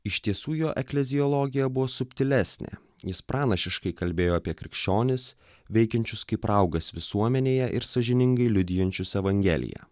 iš tiesų jo ekleziologija buvo subtilesnė jis pranašiškai kalbėjo apie krikščionis veikiančius kaip raugas visuomenėje ir sąžiningai liudijančius evangeliją